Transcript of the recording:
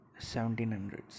1700s